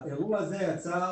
האירוע הזה יצר